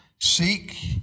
Seek